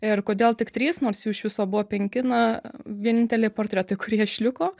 ir kodėl tik trys nors jų iš viso buvo penki na vieninteliai portretai kurie išliko